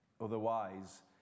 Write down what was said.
Otherwise